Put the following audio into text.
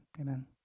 Amen